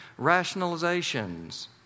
rationalizations